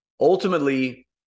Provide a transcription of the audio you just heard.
Ultimately